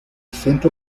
centro